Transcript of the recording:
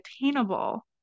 attainable